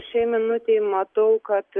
šiai minutei matau kad